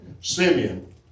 Simeon